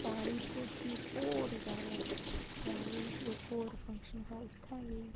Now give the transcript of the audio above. साड़ी धोती होर ज्यादा शैल होई गेई इक होर फंक्शन हा उत्थैं गेई